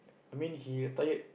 I mean he retired